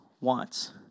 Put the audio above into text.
wants